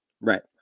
Right